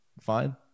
fine